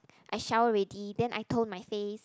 I shower already then I tone my face